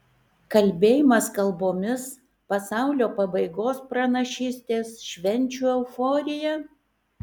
kalbėjimas kalbomis pasaulio pabaigos pranašystės švenčių euforija